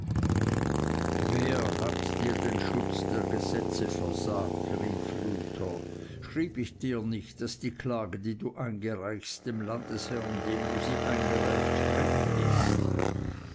wer hat dir den schutz der gesetze versagt rief luther schrieb ich dir nicht daß die klage die du eingereicht dem landesherrn dem du sie eingereicht fremd ist